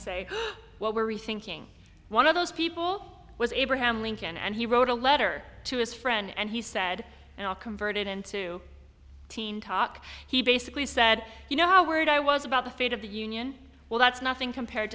what were you thinking one of those people was abraham lincoln and he wrote a letter to his friend and he said i'll convert it into teen talk he basically said you know how worried i was about the fate of the union well that's nothing compared